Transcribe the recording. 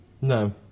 No